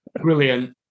Brilliant